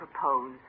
propose